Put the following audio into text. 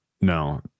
no